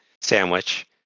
sandwich